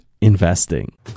investing